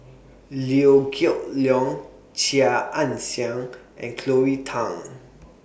Liew Geok Leong Chia Ann Siang and Cleo Thang